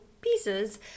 pieces